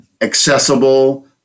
accessible